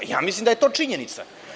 Ja mislim da je to činjenica.